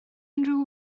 unrhyw